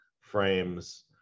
frames